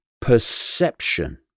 perception